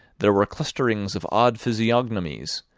there were clusterings of odd physiognomies,